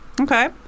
okay